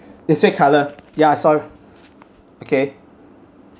it's red colour ya I saw okay